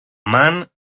man